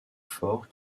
fort